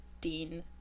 Dean